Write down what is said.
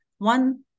One